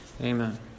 Amen